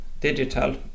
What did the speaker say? digital